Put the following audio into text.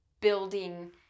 building